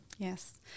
Yes